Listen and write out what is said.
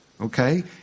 okay